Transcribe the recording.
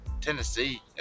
Tennessee